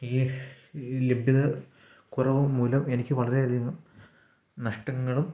ഈ ഈ ലഭ്യത കുറവുമൂലം എനിക്ക് വളരെയധികം നഷ്ടങ്ങളും